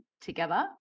together